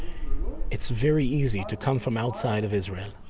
it's very easy to come from outside of israel,